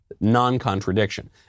Non-contradiction